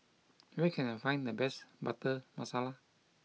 where can I find the best Butter Masala